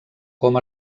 com